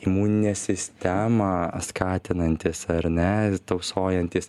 imuninę sistemą skatinantys ar ne tausojantys